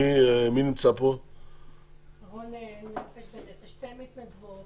אני אילה אליהו ממרכז המחקר של הכנסת.